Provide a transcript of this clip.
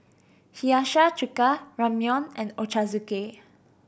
Hiyashi Chuka Ramyeon and Ochazuke